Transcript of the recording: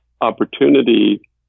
opportunity